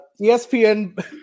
ESPN